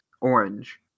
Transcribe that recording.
orange